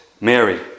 Mary